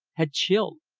had chilled.